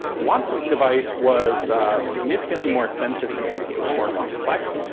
watson's device was significantly more expensive to make, it was more complex.